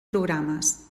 programes